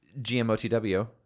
gmotw